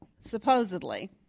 supposedly